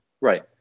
Right